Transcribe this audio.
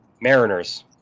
Mariners